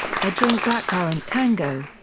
i drink blackcurrant tango.